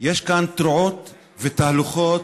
שיש כאן תרועות ותהלוכות,